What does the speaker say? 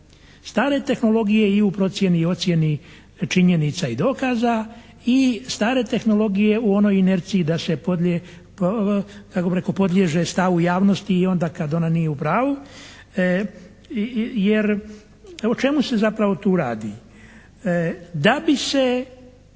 Stare tehnologije i u procjeni i ocjeni činjenica i dokaza i stare tehnologije u onoj inerciji da se kako bih rekao, podliježe stavu javnosti i onda kada ona nije u pravu jer o čemu se zapravo tu radi.